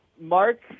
Mark